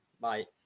Bye